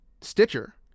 stitcher